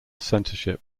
censorship